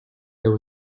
there